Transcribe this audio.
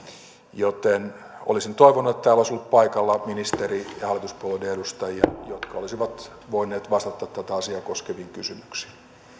joten olisin toivonut että täällä olisi ollut paikalla ministeri ja hallituspuolueiden edustajia jotka olisivat voineet vastata tätä asiaa koskeviin kysymyksiin